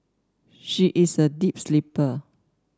she is a deep sleeper